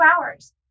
hours